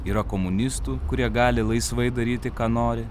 yra komunistų kurie gali laisvai daryti ką nori